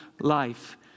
life